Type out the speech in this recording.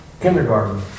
Kindergarten